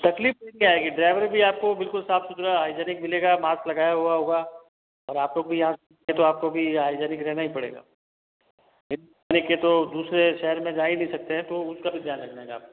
तकलीफ क्या आएगी ड्राइवर भी आपको बिल्कुल साफ सुथरा हाइजीनिक मिलेगा मास्क लगाया हुआ होगा और आप लोग भी आप भी हाइजीनिक रहना ही पड़ेगा बिना हाइजीनिक के तो दूसरे शहर में जा ही नहीं सकते है तो उसका भी ध्यान रखना पड़ेगा